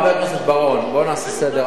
חבר הכנסת בר-און, בוא נעשה סדר.